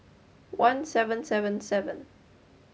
one seven seven seven